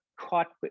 caught